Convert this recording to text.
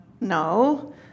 No